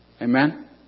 Amen